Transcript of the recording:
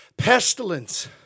Pestilence